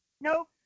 Nope